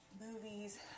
movies